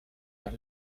las